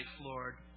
Lord